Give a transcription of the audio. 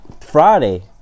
Friday